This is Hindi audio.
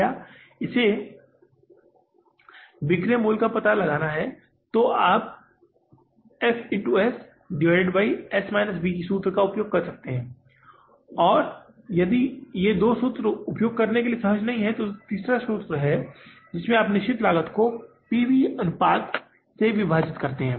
या यदि इसे बिक्री के मूल्य के रूप में पता लगाना है तो आप F S S V सूत्र का उपयोग कर सकते हैं और यदि ये दो सूत्र उपयोग करने के लिए सहज नहीं हैं तो तीसरा सूत्र है जिसमे निश्चित लागत को P V अनुपात से विभाजित करते है